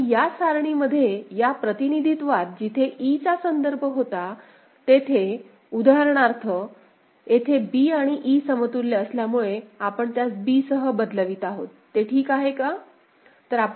आणि या सारणीमध्ये या प्रतिनिधित्वात जिथे e चा संदर्भ होता तेथे उदाहरणार्थ येथे b आणि e समतुल्य असल्यामुळे आपण त्यास b सह बदलवित आहोत ते ठीक आहे का